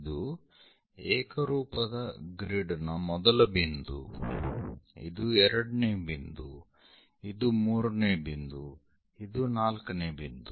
ಇದು ಏಕರೂಪದ ಗ್ರಿಡ್ ನ ಮೊದಲ ಬಿಂದು ಇದು ಎರಡನೇ ಬಿಂದು ಇದು ಮೂರನೇ ಬಿಂದು ಇದು ನಾಲ್ಕನೇ ಬಿಂದು